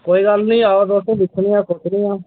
कोई गल्ल निं आओ तुस दिक्खनेआं सोचनेआं